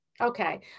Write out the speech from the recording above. Okay